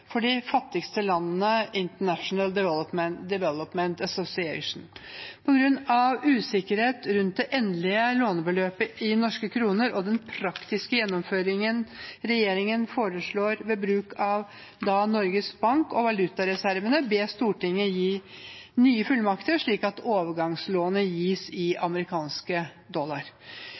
for de fattigste landene, International Development Association. På grunn av usikkerhet rundt det endelige lånebeløpet i norske kroner og den praktiske gjennomføringen regjeringen foreslår ved bruk av Norges Bank og valutareservene, bes Stortinget om å gi nye fullmakter, slik at overgangslånet gis i amerikanske dollar.